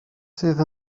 sydd